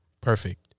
perfect